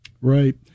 Right